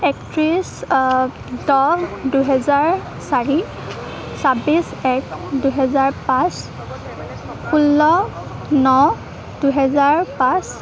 একত্ৰিছ দহ দুহেজাৰ চাৰি ছাবিশ এক দুহেজাৰ পাঁচ ষোল্ল ন দুহেজাৰ পাঁচ